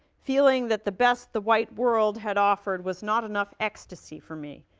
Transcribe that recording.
feeling that the best the white world had offered was not enough ecstasy for me,